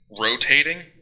rotating